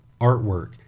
artwork